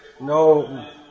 No